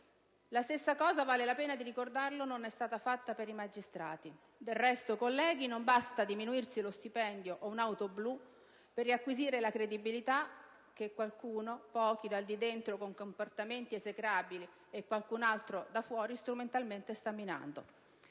La stessa cosa, vale la pena di ricordarlo, non è stata fatta per i magistrati. Del resto, colleghi, non basta diminuirsi lo stipendio o un'auto blu per riacquisire la credibilità che qualcuno, pochi dal di dentro con comportamenti esecrabili e qualcun altro da fuori, strumentalmente sta minando.